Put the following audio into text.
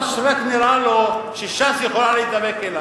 שרק נראה לו שש"ס יכולה להידבק אליו?